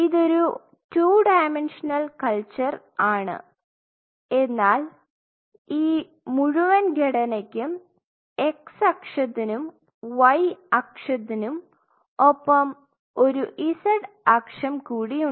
ഇതൊരു 2 dimensional culture ആണ് എന്നാൽ ഈ മുഴുവൻ ഘടനക്കും x അക്ഷത്തിനും y അക്ഷത്തിനും ഒപ്പം ഒരു z അക്ഷം കൂടി ഉണ്ട്